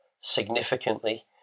significantly